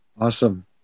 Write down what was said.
Awesome